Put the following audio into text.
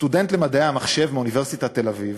סטודנט למדעי המחשב מאוניברסיטת תל-אביב,